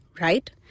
right